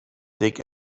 dig